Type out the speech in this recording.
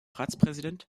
ratspräsident